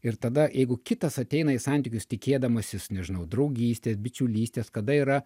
ir tada jeigu kitas ateina į santykius tikėdamasis nežinau draugystės bičiulystės kada yra